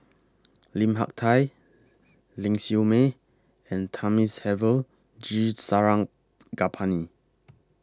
Lim Hak Tai Ling Siew May and Thamizhavel G Sarangapani